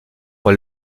pour